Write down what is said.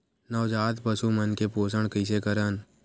नवजात पशु मन के पोषण कइसे करन?